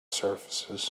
surfaces